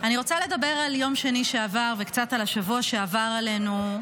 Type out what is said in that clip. אני רוצה לדבר על יום שני שעבר וקצת על השבוע שעבר עלינו,